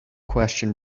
question